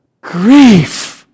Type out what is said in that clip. grief